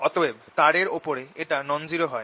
অতএব তারের ওপরে এটা নন জিরো হয়